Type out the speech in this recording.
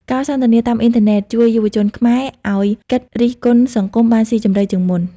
ការសន្ទនាតាមអ៊ីនធឺណិតជួយយុវជនខ្មែរ ឲ្យគិតរិះគន់សង្គមបានសុីជម្រៅជាងមុន។